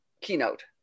keynote